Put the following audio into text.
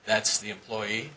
that's the employee